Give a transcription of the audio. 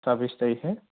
ছাব্বিছ তাৰিখে